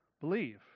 believe